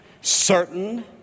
certain